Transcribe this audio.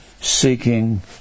seeking